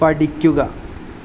പഠിക്കുക